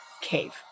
cave